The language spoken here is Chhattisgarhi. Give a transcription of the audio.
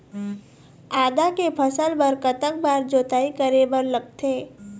आदा के फसल बर कतक बार जोताई करे बर लगथे?